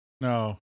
No